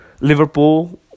Liverpool